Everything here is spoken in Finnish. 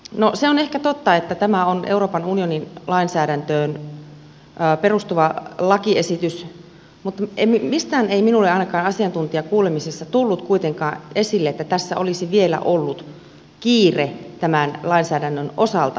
no se on ehkä totta että tämä on euroopan unionin lainsäädäntöön perustuva lakiesitys mutta mistään ei minulle ainakaan asiantuntijakuulemisissa tullut kuitenkaan esille että tässä olisi vielä ollut kiire tämän lainsäädännön osalta